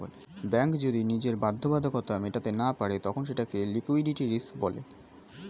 bank যদি নিজের বাধ্যবাধকতা মেটাতে না পারে তখন সেটাকে লিক্যুইডিটি রিস্ক বলে